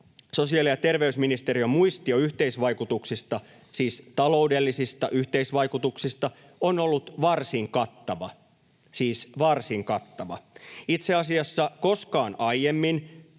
sosiaali- ja terveysministeriön muistio yhteisvaikutuksista, siis taloudellisista yhteisvaikutuksista, on ollut varsin kattava — siis varsin